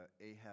Ahab